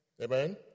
Amen